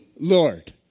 Lord